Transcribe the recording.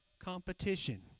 competition